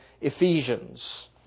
Ephesians